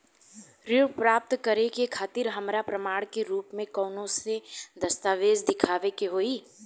ऋण प्राप्त करे के खातिर हमरा प्रमाण के रूप में कउन से दस्तावेज़ दिखावे के होइ?